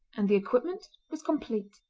and the equipment was complete.